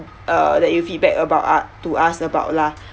uh that you feedback about u~ to us about lah